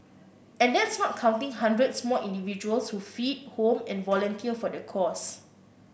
and that's not counting hundreds more individuals who feed home and volunteer for the cause